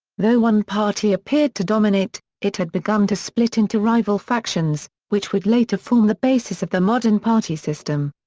though one party appeared to dominate, it had begun to split into rival factions, which would later form the basis of the modern party system.